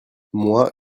moi